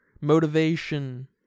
motivation